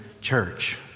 church